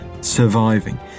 surviving